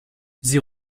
sie